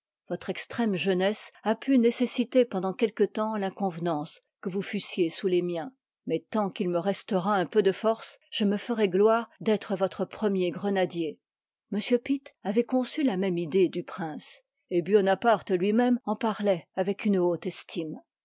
votre extrême jeunesse a pu nccessitei j pendant quelque temps l'inconvenance que vous fussiez sous les miens mais tant qu'il me restera un peu de force je me ferai gloire d'être votre premier grenadier y m pitt avoit conçu la même idée du prince et buonaparte lui-même eti parloitavec une haute estime